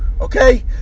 okay